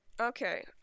Okay